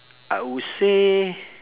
I'll say